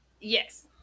Yes